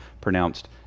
pronounced